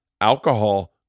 alcohol